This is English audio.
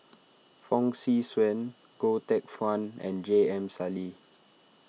Fong Swee Suan Goh Teck Phuan and J M Sali